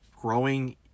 growing